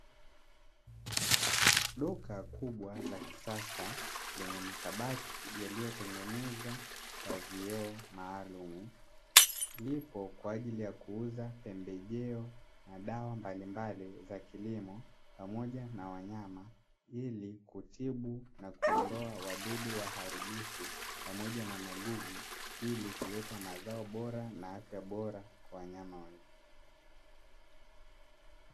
Duka kubwa la kisasa lenye makabati yaliyotengenezwa kwa vioo maalumu. Lipo kwa ajili ya kuuza pembejeo na dawa mbalimbali za kilimo pamoja na wanyama ili kutibu na kuondoa wadudu waharibifu pamoja na magugu, ili kuleta mazao bora na afya bora kwa wanyama wengi.